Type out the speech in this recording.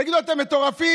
תגידו, אתם מטורפים?